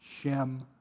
Shem